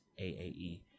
AAE